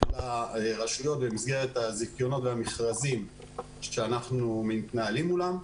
לרשויות במסגרת הזיכיונות והמכרזים שאנחנו מתנהלים מולם.